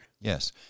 Yes